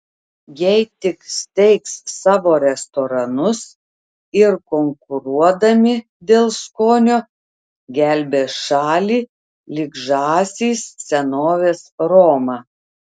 jei tik steigs savo restoranus ir konkuruodami dėl skonio gelbės šalį lyg žąsys senovės romą